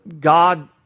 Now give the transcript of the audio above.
God